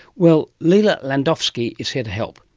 well, lila landowski is here to help.